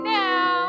now